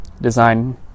design